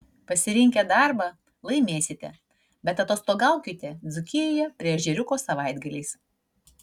pasirinkę darbą laimėsite bet atostogaukite dzūkijoje prie ežeriuko savaitgaliais